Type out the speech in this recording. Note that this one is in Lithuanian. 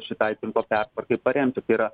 šitai tinklo pertvarkai paremti tai yra